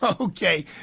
Okay